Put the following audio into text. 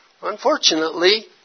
Unfortunately